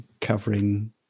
covering